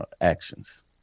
actions